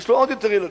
יש לו עוד יותר ילדים.